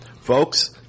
Folks